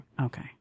Okay